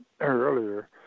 earlier